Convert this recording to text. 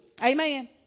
Amen